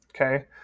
okay